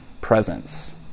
presence